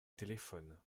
téléphone